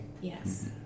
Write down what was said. yes